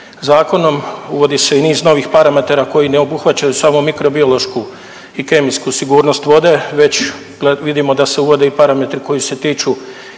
zakonom, uvodi se i niz novih parametara koji ne obuhvaćaju samo mikrobiološku i kemijsku sigurnost vode, već vidimo da se uvode i parametri koji se tiču